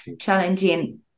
challenging